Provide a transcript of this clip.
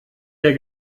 der